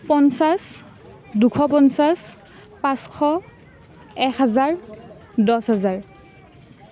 পঞ্চাছ দুশ পঞ্চাছ পাঁচশ এক হাজাৰ দহ হাজাৰ